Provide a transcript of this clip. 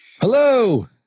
Hello